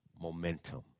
momentum